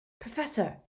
Professor